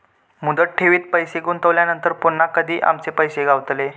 मुदत ठेवीत पैसे गुंतवल्यानंतर पुन्हा कधी आमचे पैसे गावतले?